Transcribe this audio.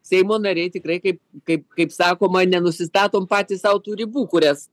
seimo nariai tikrai kaip kaip kaip sakoma nenusistatom patys sau tų ribų kurias